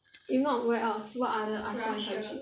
if not where else what other ASEAN country